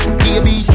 baby